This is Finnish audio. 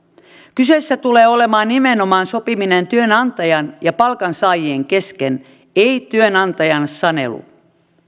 kyseessä tulee olemaan nimenomaan sopiminen työnantajan ja palkansaajien kesken ei työnantajan sanelu